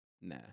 Nah